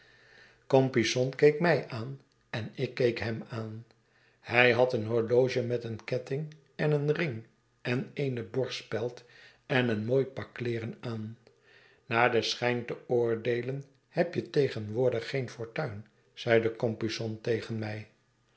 compeyson keek mij aan en ik keek hem aan hij had een horloge met een ketting en een ring en eene borstspeld en een mooi pak kleeren aan naar den schijn te oordeelen heb je tegenwoordig geen fortuin zeide compeyson tegen me